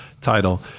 title